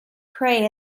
pray